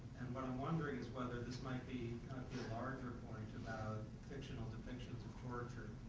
what i'm wondering is whether this might be point about fictional depictions of torture.